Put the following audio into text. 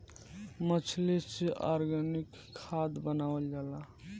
मछली से ऑर्गनिक खाद्य बनावल जाला